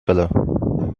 color